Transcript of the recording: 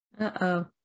Uh-oh